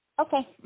Okay